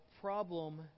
problem